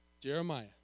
Jeremiah